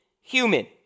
human